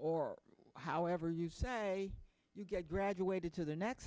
or however you say you've graduated to the next